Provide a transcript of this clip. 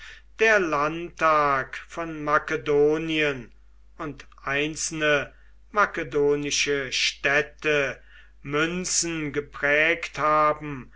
der landtag von makedonien und einzelne makedonische städte münzen geprägt haben